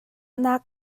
nak